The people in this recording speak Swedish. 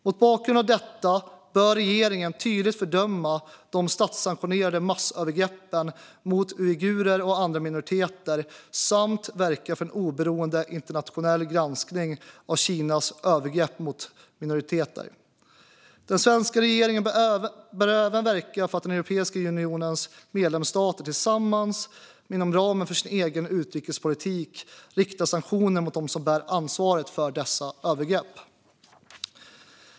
Mot bakgrund av detta bör regeringen tydligt fördöma de statssanktionerade massövergreppen mot uigurer och andra minoriteter samt verka för en oberoende internationell granskning av Kinas övergrepp mot minoriteter. Den svenska regeringen bör även verka för att Europeiska unionens medlemsstater tillsammans, men inom ramen för sin egen utrikespolitik, riktar sanktioner mot dem som bär ansvar för dessa övergrepp.